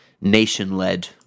nation-led